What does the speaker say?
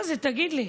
מה זה, תגיד לי,